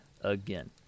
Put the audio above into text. again